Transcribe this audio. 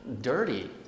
dirty